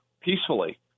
peacefully